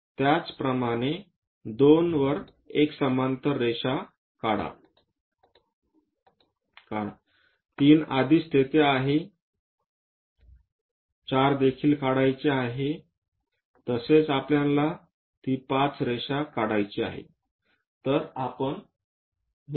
त्याचप्रमाणे 2 एक समांतर रेषा काढते 3 आधीच तेथे 4 देखील काढायची आहेतसेच आपल्याला ती 5 रेषा काढायची आहे